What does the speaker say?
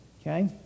okay